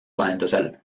vahendusel